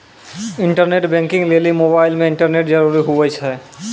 internet banking लेली mobile मे internet जरूरी हुवै छै